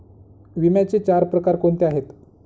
विम्याचे चार प्रकार कोणते आहेत?